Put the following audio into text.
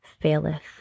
faileth